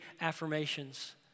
affirmations